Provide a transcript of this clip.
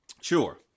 Sure